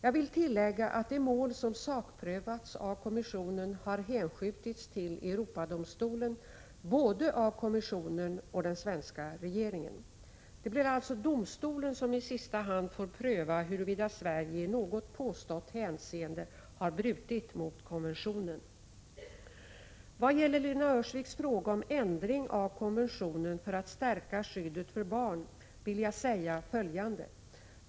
Jag vill tillägga att det mål som sakprövats av kommissionen har hänskjutits till Europadomstolen av både kommissionen och den svenska regeringen. Det blir alltså domstolen som i sista hand får pröva huruvida Sverige i något påstått hänseende har brutit mot konventionen. Vad gäller Lena Öhrsviks fråga om ändring av konventionen för att stärka skyddet för barn vill jag säga följande.